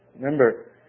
Remember